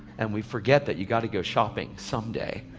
and we forget that you've gotta go shopping someday.